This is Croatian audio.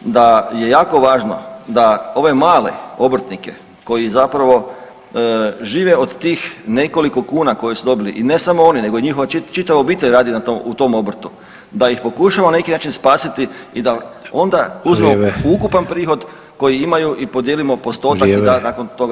da je jako važno da ove male obrtnike koji zapravo žive od tih nekoliko kuna koje su dobili nego i njihova čitava obitelj radi na tom, u tom obrtu, da ih pokušamo na neki način spasiti i da onda uzmemo [[Upadica: Vrijeme.]] ukupan prihod koji imaju [[Upadica: Vrijeme.]] i podijelimo postotak i da nakon toga